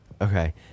okay